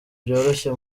byoroshye